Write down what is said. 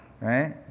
right